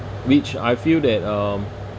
which I feel that um